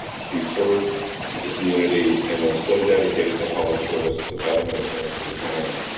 she served the community and was so dedicated to public service to the betterment of santa cruz county.